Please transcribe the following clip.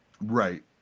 right